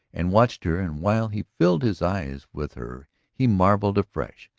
and watched her. and while he filled his eyes with her he marvelled afresh.